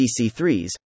DC-3s